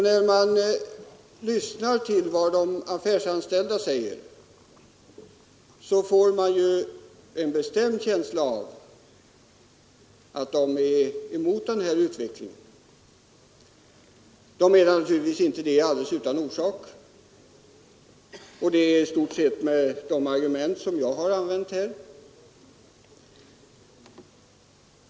När man lyssnar till de affärsanställda får man också en bestämd känsla av att majoriteten av dem är emot den utveckling som skett. Det är de naturligtvis inte utan orsak, utan de kan anföra i stort sett samma argument som jag har använt här.